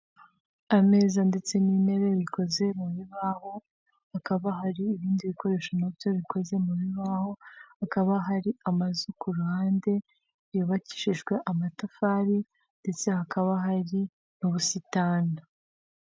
Ameza ndetse n'intebe bikoze mu bibaho, hakaba hari ibindi bikoresho nabyo bikoze mu bibaho, hakaba hari amazu ku ruhande yubakishijwe amatafari ndetse hakaba hari n'ubusitani.